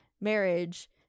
marriage